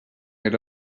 era